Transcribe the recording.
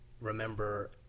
remember